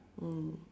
mm